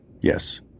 Yes